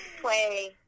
play